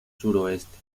suroeste